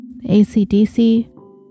ACDC